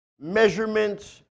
measurements